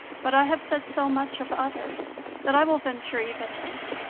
but i have said so much of others that i will venture even this.